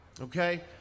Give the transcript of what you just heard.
Okay